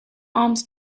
arms